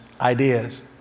ideas